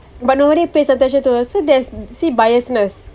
but nobody pays attention to her so there's biasness